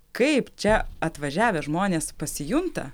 kaip čia atvažiavę žmonės pasijunta